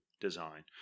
design